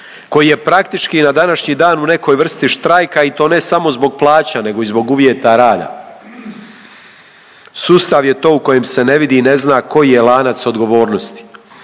koji je praktički na današnji dan u nekoj vrsti štrajka i to ne samo zbog plaća nego i zbog uvjeta rada. Sustav je to u kojem se ne vidi i ne zna koji je lanac odgovornosti.